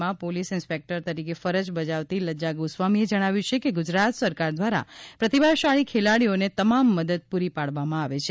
માં police inspector તરીકે ફરજ બજાવતી લજેજા ગોસ્વામીએ જણાવ્યું છે કે ગુજરાત સરકાર દ્વારા પ્રતિભાશાળી ખેલાડીઓને તમામ મદદ પુરી પાડવામાં આવે છે